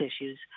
issues